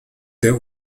der